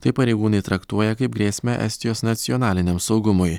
tai pareigūnai traktuoja kaip grėsmę estijos nacionaliniam saugumui